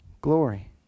glory